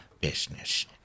business